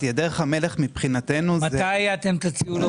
מתי תציעו?